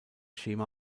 schema